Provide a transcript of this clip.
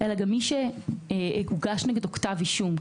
אלא גם על מי שהוגש נגדו כתב אישום.